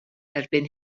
erbyn